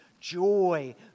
joy